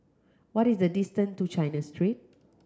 what is the distance to China Street